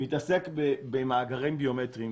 מתעסק במאגרים ביומטריים.